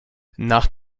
nach